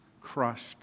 crushed